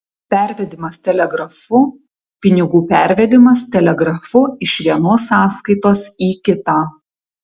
pervedimas telegrafu pinigų pervedimas telegrafu iš vienos sąskaitos į kitą